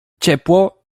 ciepło